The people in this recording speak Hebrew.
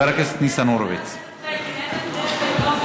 אין הבדל בין רוב